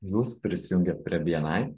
jūs prisijungiat prie bni